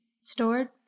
stored